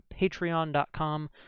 patreon.com